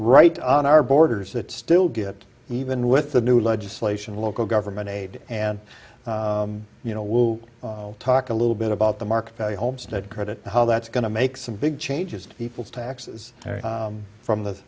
right on our borders that still get even with the new legislation local government aid and you know we'll talk a little bit about the market value homestead credit how that's going to make some big changes to people's taxes from the